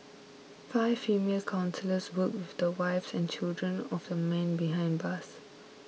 five female counsellors worked with the wives and children of the men behind bars